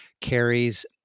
carries